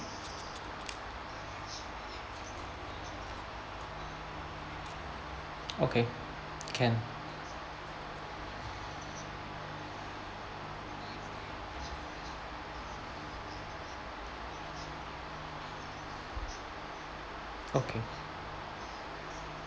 okay can okay